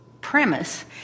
premise